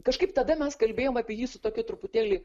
kažkaip tada mes kalbėjome apie jį su tokiu truputėlį